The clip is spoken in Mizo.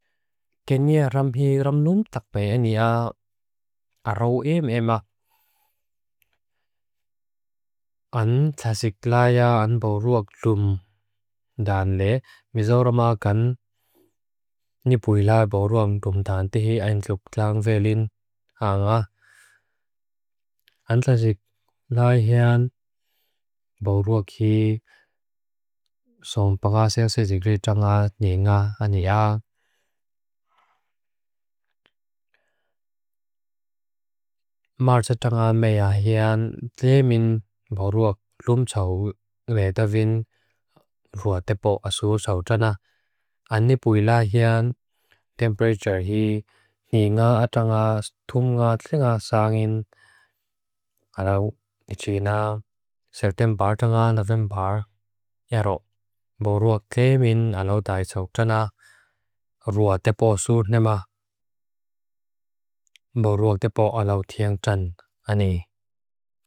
Kenya ram hi ram num takpe enia araw em ema. An tasik laia an boruak dum dan le. Mizoramakan nipui lai boruak dum dan. Tihi ain klukklang velin haa nga. An tasik lai hean boruak hi songpaga siang sisigri tanga nye nga ania. An tasik laia marsa tanga mea hean. Tihimin boruak lum tsaw vedavin ruatepo asu sawtana. An nipui lai hean. Temperature hi ni nga atanga tunga tinga sangin. Araw ichina september tanga november yaro. Boruak tihimin alotai sawtana. Ruatepo asu nema. Boruak tepo araw tiang jan ane.